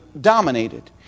dominated